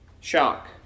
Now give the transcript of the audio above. shock